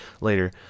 later